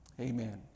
Amen